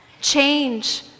change